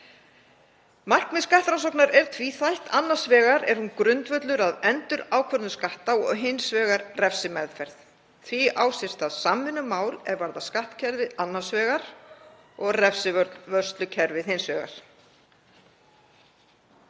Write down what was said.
Markmið skattrannsóknar er tvíþætt, annars vegar er hún grundvöllur að endurákvörðun skatta og hins vegar refsimeðferð. Því á sér stað samvinna um mál er varða skattkerfið annars vegar og refsivörslukerfið hins vegar.